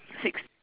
six